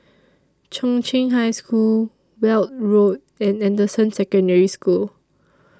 Chung Cheng High School Weld Road and Anderson Secondary School